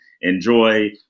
enjoy